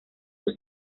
sus